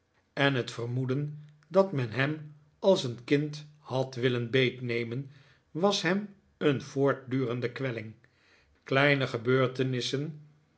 en het vermoeden dat men hem als een kind had willen beetnemen was hem een voortdurende kwelling kleine gebeurtenissen